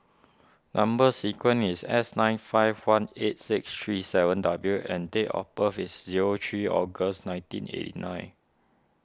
Number Sequence is S nine five one eight six three seven W and date of birth is zero three August nineteen eighty nine